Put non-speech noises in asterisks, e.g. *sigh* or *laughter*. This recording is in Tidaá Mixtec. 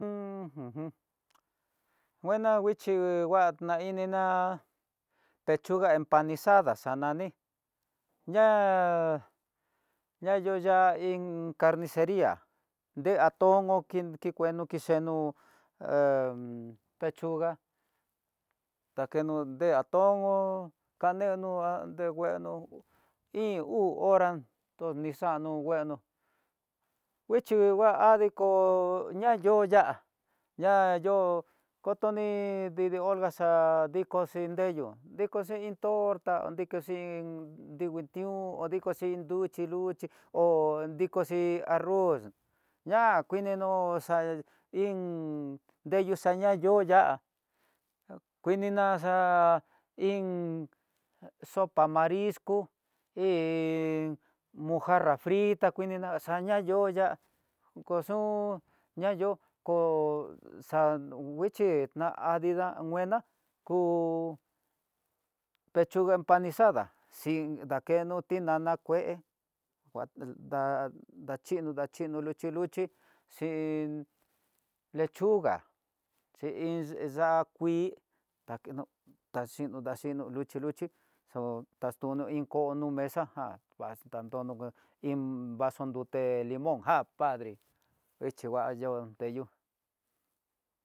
Uj *hesitation* jun nguan nguixhi ngua na ininá pechuga empanizadas xanani ña ñayoña iin carniceria, de atongo kikueno ki yenó ha pechuga ta keno dee atongo, kadeno ngua nguingueno iin uu hora tu nixano ngueno, guixhi ko adiko ña yo ya'á ná yó kotoni didi olngaxa dikoxhi ndeyú dikoxhi iin torta dikoxhi, dingui nió, ho dikoxhi nruxhi luxhi hó dikoxhi arroz ña kuininó xa iin deyú xanayoyá, kuini naxa iin sopa marisco iin mojarra frita, kuinina xanayo'ó ya'á koxun ñayo kó xa'á nguixhi na adida nguena kó pechuga empanizada, xin dakeno tinana kué, nguata da dakeno dakeno luxhi luxhi xhin lechuga xhi iin ya'á kui dakeno daxino daxino luxhi luxhi xó taxtono iin koo nu mesa já nguas tantoni iin vaso nruté limón ¡já! Padre ixhi ngua yo'ó ndeyú.